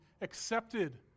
accepted